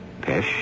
Pesh